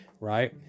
right